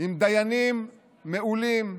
עם דיינים מעולים,